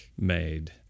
made